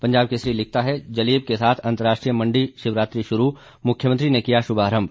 पंजाब केसरी लिखता है जलेब के साथ अंतराष्ट्रीय मंडी शिवरात्रि शुरू मुख्यमंत्री ने किया शुभारंभ